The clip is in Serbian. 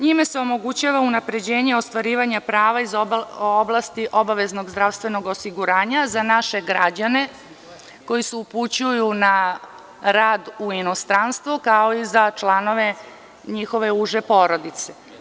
Njime se omogućava unapređenje ostvarivanja prava iz oblasti obaveznog zdravstvenog osiguranja za naše građane koji se upućuju na rad u inostranstvo, kao i za članove njihove uže porodice.